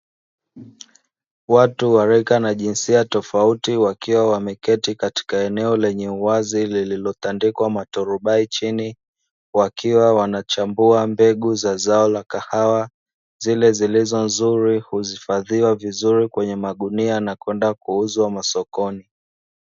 Watu wa rika na jinsia tofauti wakiwa wameketi katika eneo lenye uwazi lililotandikwa maturubai chini, wakiwa wanachambua mbegu za zao la kahawa zile zilizo nzuri huhifadhiwa vizuri kwenye magunia na kwenda kuuzwa masokoni.